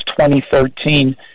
2013